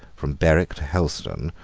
from berwick to helstone,